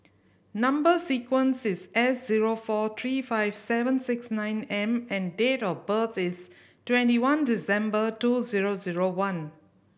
number sequence is S zero four three five seven six nine M and date of birth is twenty one December two zero zero one